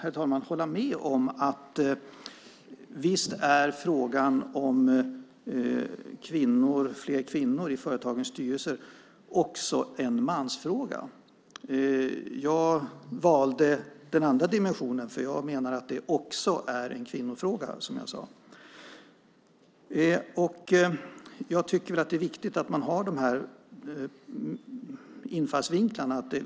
Jag kan hålla med om att frågan om fler kvinnor i företagens styrelser också är en mansfråga. Jag valde den andra dimensionen, för jag menar att det också är en kvinnofråga, som jag sade. Jag tycker att det är viktigt att man har de här infallsvinklarna.